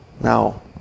Now